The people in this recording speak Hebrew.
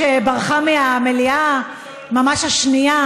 שברחה מהמליאה ממש השנייה,